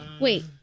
wait